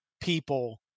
people